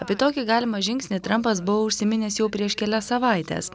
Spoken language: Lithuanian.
apie tokį galimą žingsnį trampas buvo užsiminęs jau prieš kelias savaites